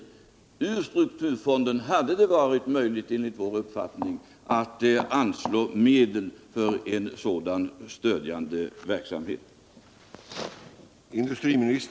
Enligt vår uppfattning hade det varit möjligt att ur strukturfonden anslå medel till en sådan stödjande verksamhet.